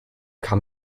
kam